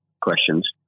questions